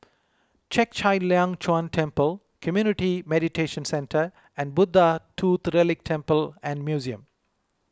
Chek Chai Long Chuen Temple Community Mediation Centre and Buddha Tooth Relic Temple and Museum